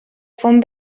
font